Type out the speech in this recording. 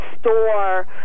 store